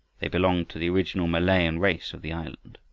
they belonged to the original malayan race of the island.